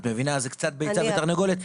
אז זה קצת ביצה ותרנגולת.